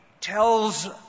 tells